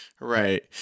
Right